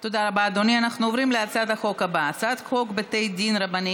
את הצעת חוק ברית